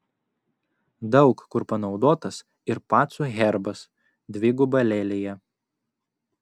daug kur panaudotas ir pacų herbas dviguba lelija